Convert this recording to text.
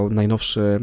najnowszy